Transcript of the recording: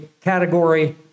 category